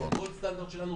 זה הגולד סטנדרט שלנו,